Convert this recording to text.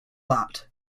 that